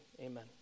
amen